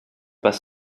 pas